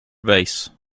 vase